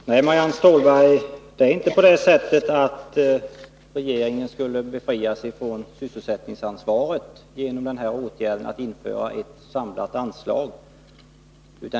Fru talman! Nej, Marianne Stålberg, det är inte så att regeringen befrias från sysselsättningsansvaret genom åtgärden att införa ett samlat anslag.